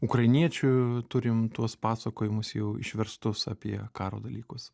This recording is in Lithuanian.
ukrainiečių turim tuos pasakojimus jau išverstus apie karo dalykus